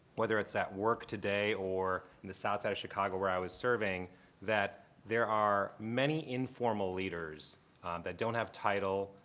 whether it's at work today or on and the south side of chicago where i was serving that there are many informal leaders that don't have title,